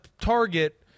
target